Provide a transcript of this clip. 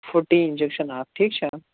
fourteen injection اَکھ ٹھیٖک چھا